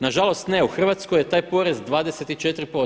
Nažalost ne, u Hrvatskoj je taj porez 24%